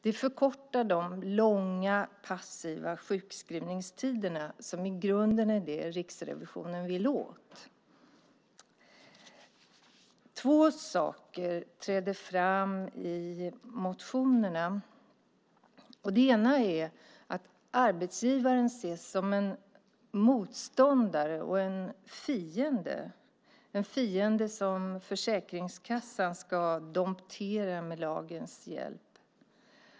Det förkortar de långa och passiva sjukskrivningstiderna som i grunden är det som Riksrevisionen vill åt. Två saker träder fram i motionerna. Den ena är att arbetsgivaren ses som en motståndare och en fiende, en fiende som Försäkringskassan ska domptera med lagens hjälp.